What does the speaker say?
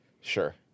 sure